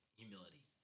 humility